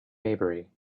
maybury